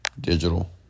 Digital